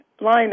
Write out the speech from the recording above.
line